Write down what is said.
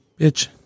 Bitch